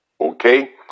okay